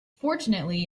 fortunately